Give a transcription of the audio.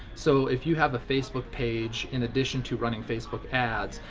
so if you have a facebook page in addition to running facebook ads,